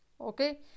okay